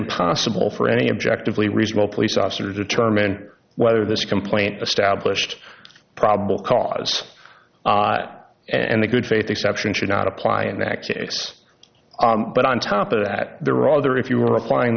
impossible for any objective lee reasonable police officer determine whether this complaint established probable cause and a good faith exception should not apply in that case but on top of that there were other if you were applying